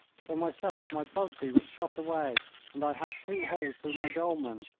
for myself, my busby was shot away and i had two holes through my dolman.